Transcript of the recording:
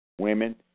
Women